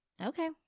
Okay